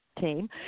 team